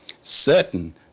certain